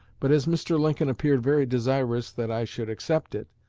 but, as mr. lincoln appeared very desirous that i should accept it,